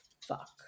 fuck